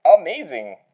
amazing